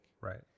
Right